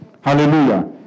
hallelujah